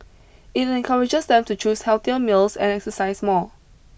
it encourages them to choose healthier meals and exercise more